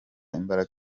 imbaraga